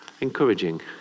encouraging